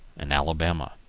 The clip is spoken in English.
and alabama.